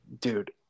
Dude